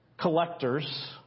collectors